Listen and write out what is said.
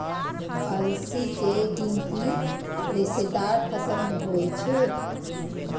अलसी के गिनती रेशेदार फसल मे होइ छै